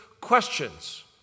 questions